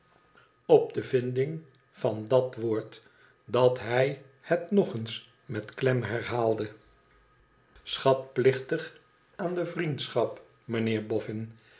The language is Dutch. op de vinding van dat woord dat hij het nog eens met klem herhaalde schatplichtig aan de vriendschap